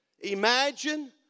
imagine